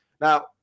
Now